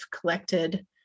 collected